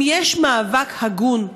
אם יש מאבק הגון,